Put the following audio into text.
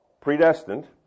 Predestined